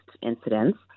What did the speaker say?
incidents